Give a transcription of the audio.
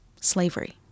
slavery